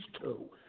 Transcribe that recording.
two